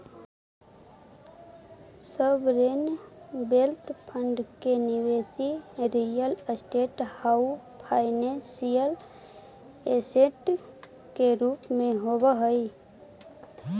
sovereign wealth fund के निवेश real estate आउ फाइनेंशियल ऐसेट के रूप में होवऽ हई